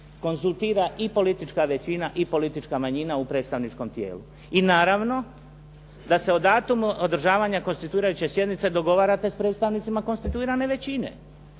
konzultira i politička većina i politička manjina u predstavničkom tijelu. I naravno da se o datumu održavanja konstituirajuće sjednice dogovarate sa predstavnicima konstituirane većine.